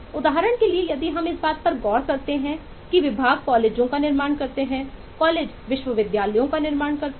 उदाहरण के लिए यदि हम इस बात पर गौर करते हैं कि विभाग कॉलेजों का निर्माण करते हैं कॉलेज विश्वविद्यालयों का निर्माण करते हैं